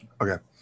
Okay